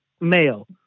male